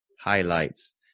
highlights